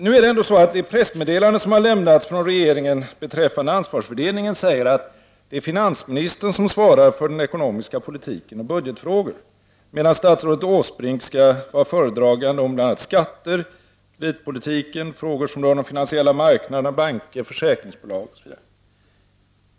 I det pressmeddelande som har lämnats från regeringen beträffande ansvarsfördelningen sägs det att det är finansministern som svarar för den ekonomiska politiken och budgetfrågorna, medan statsrådet Åsbrink skall vara föredragande om bl.a. skatter, kreditpolitiken, frågor som rör de finansiella marknaderna, banker, försäkringsbolag, osv.